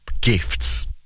GIFTS